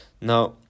now